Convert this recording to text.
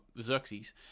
Xerxes